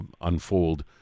unfold